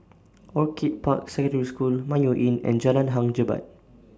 Orchid Park Secondary School Mayo Inn and Jalan Hang Jebat